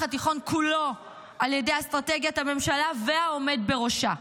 התיכון כולו על ידי אסטרטגיית הממשלה והעומד בראשה.